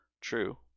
True